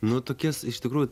nu tokis iš tikrųjų